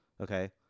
Okay